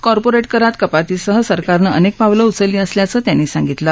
corporate करात कपातीसह सरकारनं अनेक पावलं उचलली असल्याचं त्यांनी सांगितलं